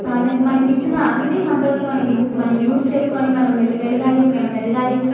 ఆయనకి మనకు ఇచ్చిన అన్ని సంపదలు మనం యూ మనం యూజ్ చేసుకొని మనం వె వెలగాలి మే మెదగాలి